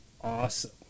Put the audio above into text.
awesome